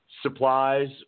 supplies